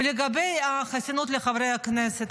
ולגבי החסינות של חברי הכנסת,